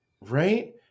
Right